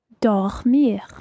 dormir